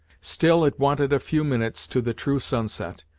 still it wanted a few minutes to the true sunset,